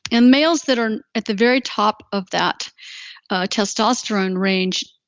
and males that are at the very top of that testosterone range,